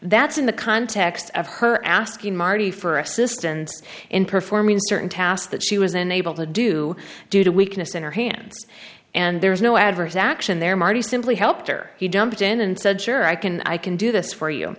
that's in the context of her asking marty for assistance in performing certain tasks that she was unable to do due to weakness in her hands and there's no adverse action there marty simply helped or he jumped in and said sure i can i can do this for you